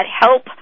help